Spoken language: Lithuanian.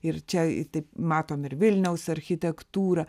ir čia i taip matom ir vilniaus architektūrą